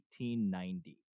1890